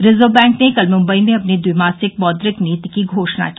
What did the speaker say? reserve bank ने कल मुम्बई में अपनी द्विमासिक मौद्रिक नीति की घोषणा की